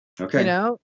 Okay